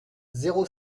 zéro